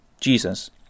Jesus